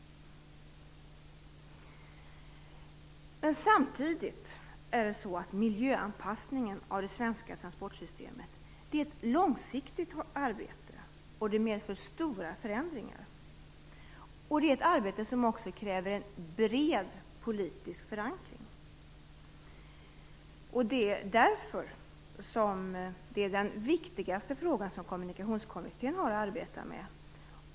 Samtidigt är miljöanpassningen av det svenska transportsystemet ett långsiktigt arbete som medför stora förändringar och som också kräver en bred politisk förankring. Det är därför den viktigaste frågan som Kommunikationskommittén har att arbeta med.